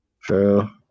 True